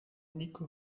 nico